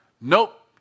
Nope